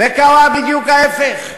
וקרה בדיוק ההפך.